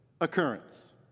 occurrence